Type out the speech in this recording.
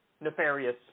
nefarious